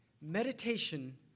Meditation